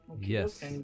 yes